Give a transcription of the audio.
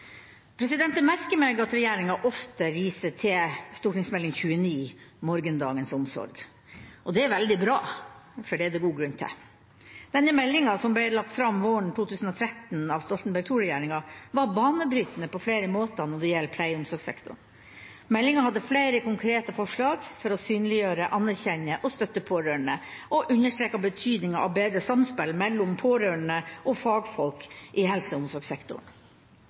Jeg merker meg at regjeringa ofte viser til Meld. St. 29 for 2012–2013, Morgendagens omsorg. Det er veldig bra, for det er det god grunn til. Denne meldinga, som ble lagt fram våren 2013 av Stoltenberg II-regjeringa, var banebrytende på flere måter når det gjelder pleie- og omsorgssektoren. Meldinga hadde flere konkrete forslag for å synliggjøre, anerkjenne og støtte pårørende, og understreket betydningen av bedre samspill mellom pårørende og fagfolk i helse- og omsorgssektoren.